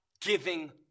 giving